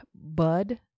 bud